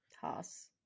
Haas